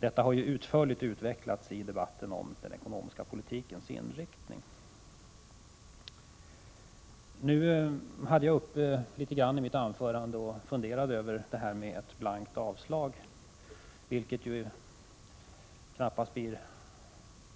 Detta har ju utförligt utvecklats i debatten om den ekonomiska politikens inriktning. I mitt anförande hade jag vissa funderingar om ett blankt avslag, vilket ju knappast blir